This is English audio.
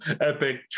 epic